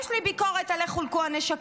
יש לי ביקורת על איך שחולקו הנשקים,